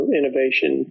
innovation